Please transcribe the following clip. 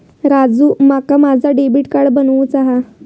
राजू, माका माझा debit card बनवूचा हा